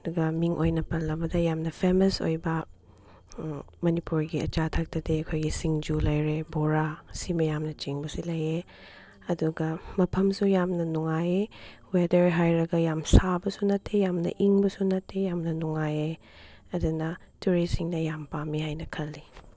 ꯑꯗꯨꯒ ꯃꯤꯡ ꯑꯣꯏꯅ ꯄꯜꯂꯕꯗ ꯌꯥꯝꯅ ꯐꯦꯃꯁ ꯑꯣꯏꯕ ꯃꯅꯤꯄꯨꯔꯒꯤ ꯑꯆꯥ ꯑꯊꯛꯇꯗꯤ ꯑꯩꯈꯣꯏꯒꯤ ꯁꯤꯡꯖꯨ ꯂꯩꯔꯦ ꯕꯣꯔꯥ ꯁꯤ ꯃꯌꯥꯝꯅꯆꯤꯡꯕꯁꯤ ꯂꯩꯌꯦ ꯑꯗꯨꯒ ꯃꯐꯝꯁꯨ ꯌꯥꯝꯅ ꯅꯨꯡꯉꯥꯏ ꯋꯦꯗꯔ ꯍꯥꯏꯔꯒ ꯌꯥꯝ ꯁꯥꯕꯁꯨ ꯅꯠꯇꯦ ꯌꯥꯝꯅ ꯏꯪꯕꯁꯨ ꯅꯠꯇꯦ ꯌꯥꯝꯅ ꯅꯨꯡꯉꯥꯏꯌꯦ ꯑꯗꯨꯅ ꯇꯨꯔꯤꯁꯁꯤꯡꯅ ꯌꯥꯝ ꯄꯥꯝꯃꯦ ꯍꯥꯏꯅ ꯈꯜꯂꯤ